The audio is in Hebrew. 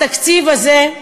התקציב הזה,